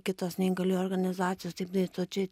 kitos neįgaliųjų organizacijos taip darytų o čia